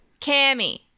Cammy